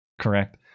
correct